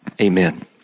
amen